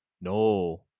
no